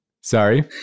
Sorry